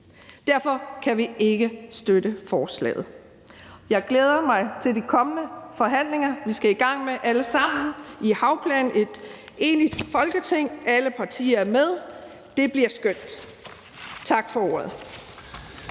Derfor kan vi ikke støtte forslaget. Jeg glæder mig til de kommende forhandlinger, vi skal i gang med alle sammen i forbindelse med havplanen – i et enigt Folketing, hvor alle partier er med. Det bliver skønt. Tak for ordet.